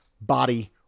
body